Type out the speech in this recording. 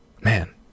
man